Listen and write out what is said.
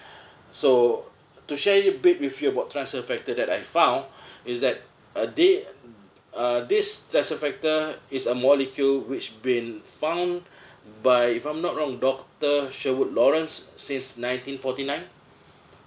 so to share a bit with you about transfer factor that I found is that uh they uh this transfer factor is a molecule which been found by if I'm not wrong doctor sherwood lawrence since nineteen forty nine